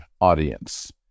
audience